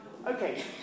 Okay